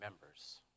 members